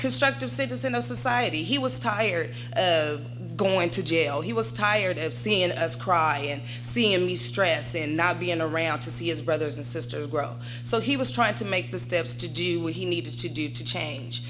constructive citizen of society he was tired of going to jail he was tired of seeing us cry and seeing the stress in not being around to see his brothers and sisters grow so he was trying to make the steps to do what he needs to do to change